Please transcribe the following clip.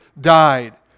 died